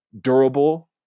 durable